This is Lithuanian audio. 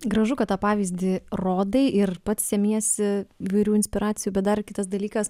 gražu kad tą pavyzdį rodai ir pats semiesi įvairių inspiracijų bet dar kitas dalykas